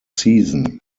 season